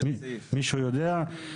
מישהו יודע?